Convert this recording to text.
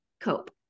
cope